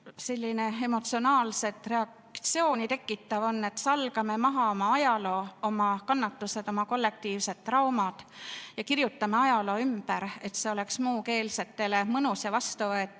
sellist emotsionaalset reaktsiooni, et salgame maha oma ajaloo, oma kannatused, oma kollektiivsed traumad ja kirjutame ajaloo ümber, et see oleks muukeelsetele mõnus ja vastuvõetav,